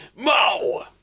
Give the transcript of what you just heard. MO